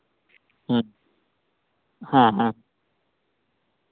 ᱦᱮᱸ ᱦᱮᱸ ᱦᱮᱸ